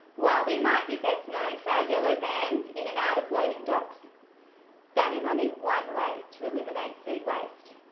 while we might be best known for our yellow vans in and out of loading docks that is only one way to eliminate food waste.